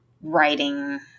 writing